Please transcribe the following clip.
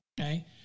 Okay